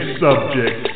subject